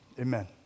Amen